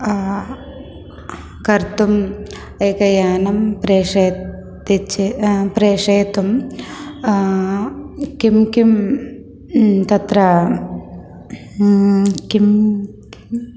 कर्तुम् एकं यानं प्रेषयत्ति चेत् प्रेषयितुं किं किं तत्र किं किं